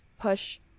push